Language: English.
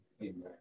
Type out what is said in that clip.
Amen